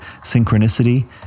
Synchronicity